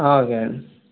okay